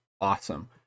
awesome